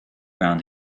around